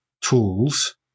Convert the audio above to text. tools